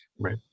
Right